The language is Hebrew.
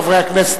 חברי הכנסת,